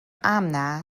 امن